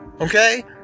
Okay